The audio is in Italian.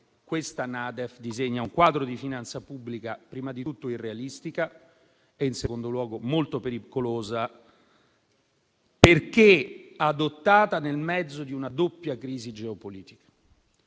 questa NADEF disegna un quadro di finanza pubblica, prima di tutto, irrealistico e, in secondo luogo, molto pericoloso, perché adottato nel mezzo di una doppia crisi geopolitica,